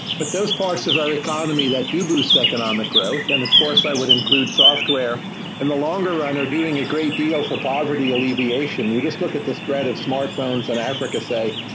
but those parts of our economy that do boost economic growth, and of course i would include software in the longer run are doing a great deal for poverty alleviation. you just look at the spread of smartphones on africa, say,